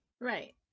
Right